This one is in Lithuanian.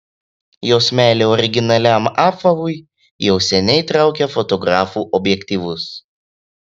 jos meilė originaliam apavui jau seniai traukia fotografų objektyvus